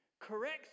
correct